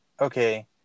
okay